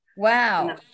Wow